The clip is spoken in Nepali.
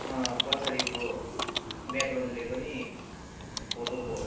पछाडिको ब्याकग्राउन्डले पनि फोटोको